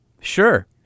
Sure